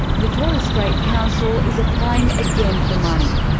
the torres strait council is applying again for money.